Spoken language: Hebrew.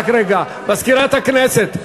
רק רגע, מזכירת הכנסת.